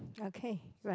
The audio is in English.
okay right